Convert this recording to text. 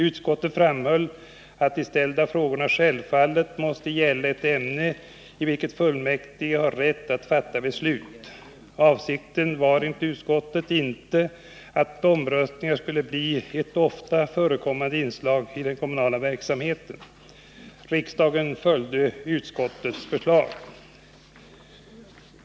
Utskottet framhöll att de ställda frågorna självfallet måste gälla ett ämne i vilket fullmäktige har rätt att fatta beslut. Avsikten var enligt utskottet inte att omröstningar skulle bli ett ofta förekommande inslag i den kommunala verksamheten. Riksdagen följde utskottets förslag .